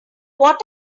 what